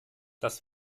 das